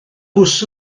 bws